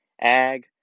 ag